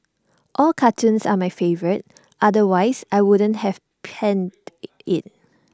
all cartoons are my favourite otherwise I wouldn't have penned IT it